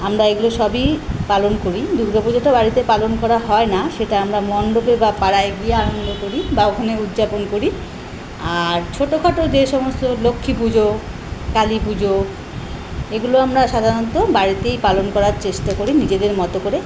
আমরা এগুলো সবই পালন করি দুর্গা পুজো তো বাড়িতে পালন করা হয় না সেটা আমরা মণ্ডপে বা পাড়ায় গিয়ে আনন্দ করি বা ওখানে উদযাপন করি আর ছোটোখাটো যে সমস্ত লক্ষ্মী পুজো কালী পুজো এগুলো আমরা সাধারণত বাড়িতেই পালন করার চেষ্টা করি নিজেদের মতো করে